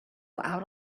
out